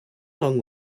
long